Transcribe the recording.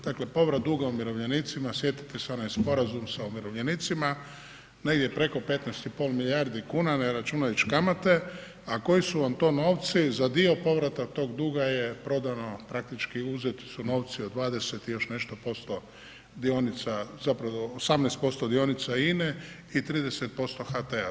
Dakle, povrat duga umirovljenicima sjetite se onaj sporazum sa umirovljenicima negdje preko 15,5 milijardi kuna ne računajući kamate, a koji su vam to novci, za dio povrata tog duga je prodano praktički uzeti su novci od 20 i još nešto posto dionica zapravo 18% dionica INA i 30% HT-a.